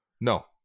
No